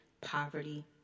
poverty